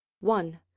one